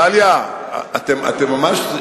דליה, אתם ממש,